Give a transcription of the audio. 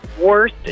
worst